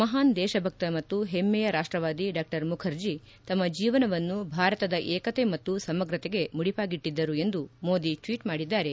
ಮಹಾನ್ ದೇಶಭಕ್ತ ಮತ್ತು ಹೆಮ್ಲೆಯ ರಾಷ್ಟವಾದಿ ಡಾ ಮುಖರ್ಜಿ ತಮ್ಮ ಜೀವನವನ್ನು ಭಾರತದ ಏಕತೆ ಮತ್ತು ಸಮಗ್ರತೆಗೆ ಮುಡಿಪಾಗಿಟ್ಟಿದ್ದರು ಎಂದು ಮೋದಿ ಟ್ಷೀಟ್ ಮಾಡಿದ್ದಾರೆ